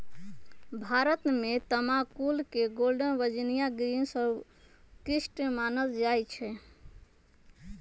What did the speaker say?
भारत में तमाकुल के गोल्डन वर्जिनियां ग्रीन सर्वोत्कृष्ट मानल जाइ छइ